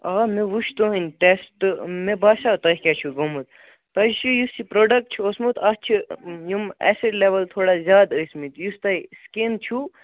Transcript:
آ مےٚ وُچھ تُہٕنٛدۍ ٹیٚسٹ مےٚ باسیٛاو تۄہہِ کیٛاہ چھُ گوٚمُت تۄہہِ چھُ یُس یہِ پرٛوڈکٹ چھُ اوسمُت اتھ چھِ یِم ایسڈ لیوَل تھوڑا زیادٕ ٲسمٕتۍ یُس تۄہہِ سِکِن چھُ